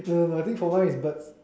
no no I think for mine is bird